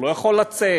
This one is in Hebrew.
הוא לא יכול לצאת,